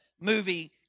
movie